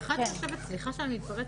סליחה שאני מתפרצת,